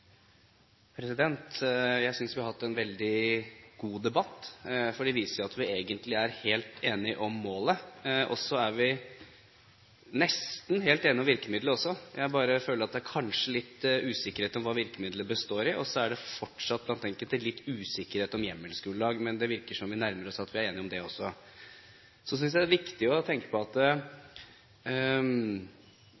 helt enige om virkemidlene. Jeg føler bare at det kanskje er litt usikkerhet om hva virkemidlene består i, og det er fortsatt blant enkelte litt usikkerhet om hjemmelsgrunnlag. Men det virker som om vi nærmer oss, at vi er enige om det også. Så synes jeg det er viktig å si at jeg ikke tror de fleste norske elever har mistillit til politiet. Jeg tror de aller fleste har tillit til at